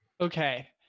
okay